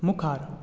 मुखार